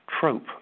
trope